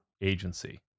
agency